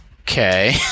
Okay